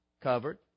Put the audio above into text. Covered